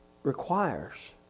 requires